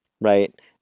right